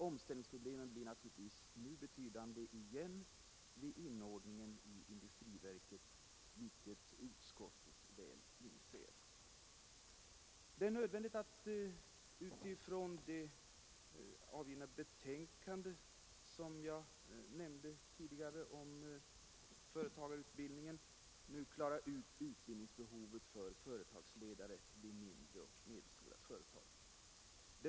Omställningsproblemen blir naturligtvis återigen betydande vid inordningen i industriverket, vilket utskottet väl inser. Det är nödvändigt att med utgångspunkt från det betänkande om företagarutbildningen som jag nämnde klarlägga utbildningsbehovet för företagsledare vid mindre och medelstora företag.